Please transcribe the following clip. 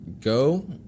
go